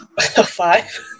Five